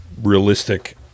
realistic